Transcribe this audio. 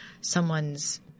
someone's